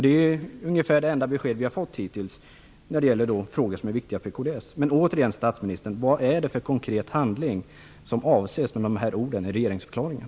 Det är nästan det enda besked vi har fått hittills när det gäller frågor som är viktiga för kds. Återigen vill jag fråga statsministern: Vad är det för konkret handling som avses med de här orden i regeringsförklaringen?